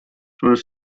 was